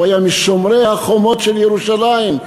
הוא היה משומרי החומות של ירושלים,